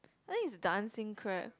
that is Dancing-Crab